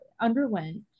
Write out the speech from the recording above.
underwent